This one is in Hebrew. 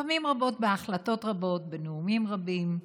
פעמים רבות, בהחלטות רבות, בנאומים רבים,